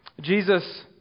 Jesus